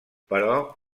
però